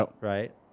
right